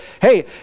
hey